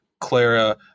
Clara